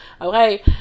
Okay